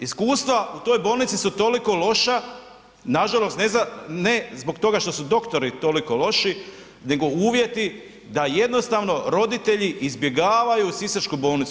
Iskustva u toj bolnici su toliko loša, nažalost ne zbog toga što su doktori toliko loši, nego uvjeti da jednostavno roditelji izbjegavaju sisačku bolnicu.